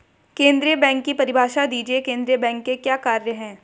केंद्रीय बैंक की परिभाषा दीजिए केंद्रीय बैंक के क्या कार्य हैं?